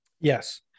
yes